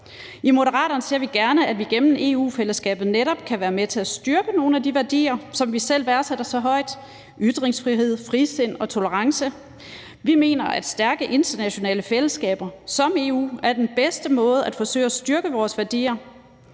I Moderaterne ser vi gerne, at vi gennem EU-fællesskabet netop kan være med til at styrke nogle af de værdier, som vi selv værdsætter så højt – ytringsfrihed, frisind og tolerance. Vi mener, at stærke internationale fællesskaber som EU er den bedste måde at forsøge at styrke vores værdier,